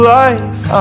life